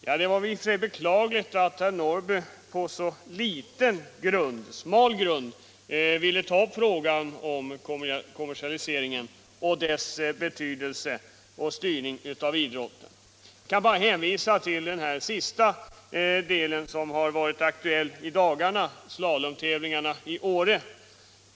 Det är i och för sig beklagligt att herr Norrby på så bräcklig grund ville ta upp frågan om kommersialiseringen och dess betydelse och styrning av idrotten. Jag kan bara hänvisa till det som varit aktuellt i dagarna, slalomtävlingarna i Åre.